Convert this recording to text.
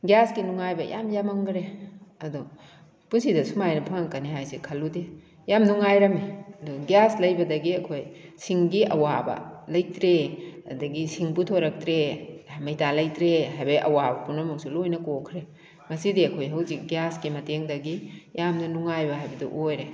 ꯒ꯭ꯌꯥꯁꯀꯤ ꯅꯨꯡꯉꯥꯏꯕ ꯌꯥꯝ ꯌꯥꯝꯃꯟꯈꯔꯦ ꯑꯗꯣ ꯄꯨꯟꯁꯤꯗ ꯁꯨꯃꯥꯏꯅ ꯐꯪꯂꯛꯀꯅꯤ ꯍꯥꯏꯕꯁꯦ ꯈꯜꯂꯨꯗꯦ ꯌꯥꯝ ꯅꯨꯡꯉꯥꯏꯔꯝꯃꯤ ꯒ꯭ꯌꯥꯁ ꯂꯩꯕꯗꯒꯤ ꯑꯩꯈꯣꯏ ꯁꯤꯡꯒꯤ ꯑꯋꯥꯕ ꯂꯩꯇ꯭ꯔꯦ ꯑꯗꯒꯤ ꯁꯤꯡ ꯄꯨꯊꯣꯔꯛꯇ꯭ꯔꯦ ꯃꯩꯇꯥꯜ ꯂꯩꯗ꯭ꯔꯦ ꯍꯥꯏꯕꯩ ꯑꯋꯥꯕ ꯄꯨꯝꯅꯃꯛꯁꯨ ꯂꯣꯏꯅ ꯀꯣꯛꯈ꯭ꯔꯦ ꯉꯁꯤꯗꯤ ꯑꯩꯈꯣꯏ ꯍꯧꯖꯤꯛ ꯒ꯭ꯌꯥꯁꯀꯤ ꯃꯇꯦꯡꯗꯒꯤ ꯌꯥꯝꯅ ꯅꯨꯡꯉꯥꯏꯕ ꯍꯥꯏꯕꯗꯨ ꯑꯣꯏꯔꯦ